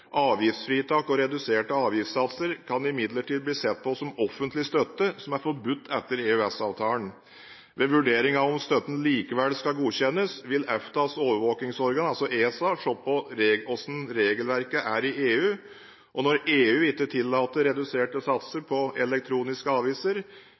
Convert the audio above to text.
Avgiftsfritak og reduserte avgiftssatser kan imidlertid bli sett på som offentlig støtte, som er forbudt etter EØS-avtalen. Ved vurdering av om støtten likevel skal godkjennes, vil EFTAs overvåkingsorgan, ESA, se på hvordan regelverket er i EU. Hvis EU ikke tillater reduserte satser